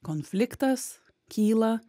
konfliktas kyla